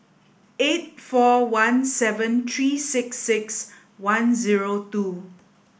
eight four one seven three six six one zero two